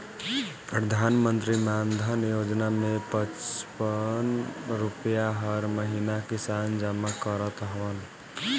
प्रधानमंत्री मानधन योजना में पचपन रुपिया हर महिना किसान जमा करत हवन